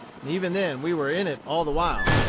and even then we were in it all the while.